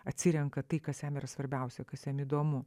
atsirenka tai kas jam yra svarbiausia kas jam įdomu